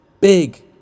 big